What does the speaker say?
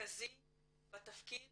מרכזי בתפקיד